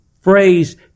phrase